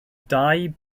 dau